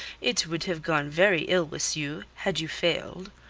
it would have gone very ill with you had you failed.